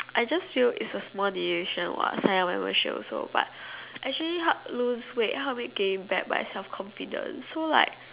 I just feel it's a small division what sign up membership also but actually help me lose weight help me gain back self confidence so like what